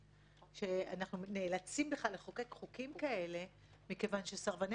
אנחנו נאלצים בכלל לחוקק חוקים כאלה כיוון שסרבני